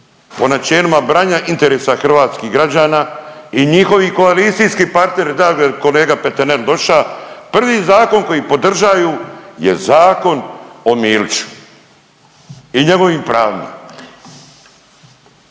po načelima branjenja interesa hrvatskih građana i njihovih koalicijskih partneri, da kolega Peternel doša prvi zakon koji podržaju je zakon o Miliću i njegovim pravima.